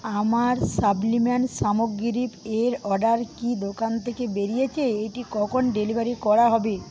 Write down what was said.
আমার সাপ্লিমেন্ট সামগ্রীর অর্ডার কি দোকান থেকে বেরিয়েছে এটি কখন ডেলিভারি করা হবে